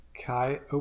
kai